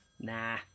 Nah